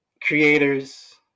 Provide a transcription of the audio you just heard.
creators